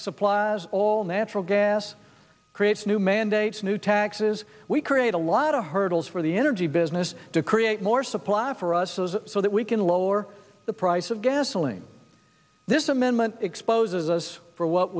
supplies all natural gas creates new mandates new taxes we create a lot of hurdles for the energy business to create more supply for us so that we can lower the price of gasoline this amendment exposes us for what